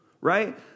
right